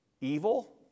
evil